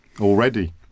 already